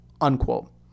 unquote